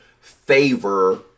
favor